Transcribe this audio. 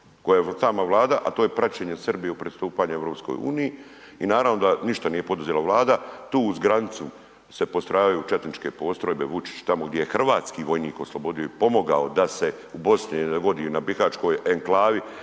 koje sama Vlada, a to je praćenje Srbije u pristupanju EU-i i naravno da ništa nije poduzela Vlada. Tu uz granicu se postrojavaju četničke postrojbe, Vučić tamo gdje je hrvatski vojnik oslobodio i pomogao da se u Bosni ne vodi na bihaćkoj enklavi